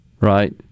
right